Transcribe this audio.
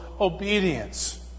obedience